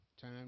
Time